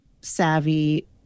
savvy